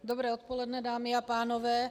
Dobré odpoledne, dámy a pánové.